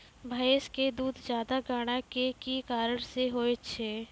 भैंस के दूध ज्यादा गाढ़ा के कि कारण से होय छै?